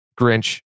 Grinch